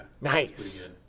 Nice